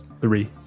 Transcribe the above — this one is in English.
Three